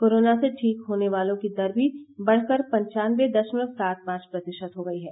corona से ठीक होने वालों की दर भी बढ़कर पंचानबे दशमलव सात पांच प्रतिशत हो गई है